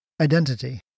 identity